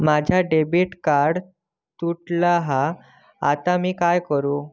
माझा debit card तुटला हा आता मी काय करू?